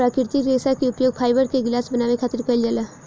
प्राकृतिक रेशा के उपयोग फाइबर के गिलास बनावे खातिर कईल जाला